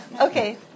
Okay